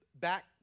back